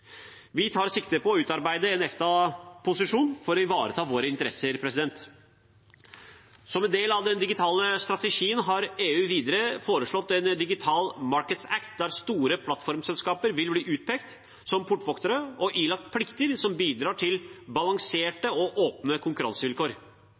Vi tar sikte på å utarbeide en EFTA-posisjon for å ivareta våre interesser. Som en del av den digitale strategien har EU videre foreslått en Digital Markets Act der store plattformselskaper vil bli utpekt som portvoktere og ilagt plikter som bidrar til